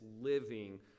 living